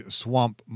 swamp